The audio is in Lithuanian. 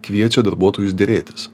kviečia darbuotojus derėtis